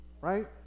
Right